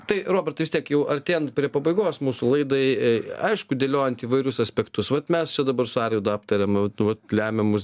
tai robertai vis tiek jau artėjant prie pabaigos mūsų laidai aišku dėliojant įvairius aspektus vat mes čia dabar su arvydu aptarėm vat lemiamus